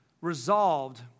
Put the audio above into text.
resolved